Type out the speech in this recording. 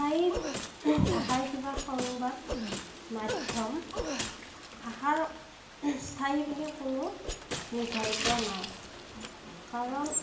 স্থায়ী ভাষাৰ কিবা সংবাদ মাধ্যম ভাষাৰ স্থায়ী বুলিও কোনো নিৰ্ধাৰিত নাই কাৰণ